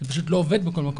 זה פשוט לא עובד בכל מקום.